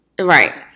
Right